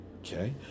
Okay